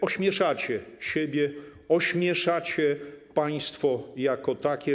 Ośmieszacie siebie i ośmieszacie państwo jako takie.